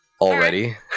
Already